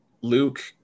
Luke